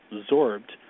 absorbed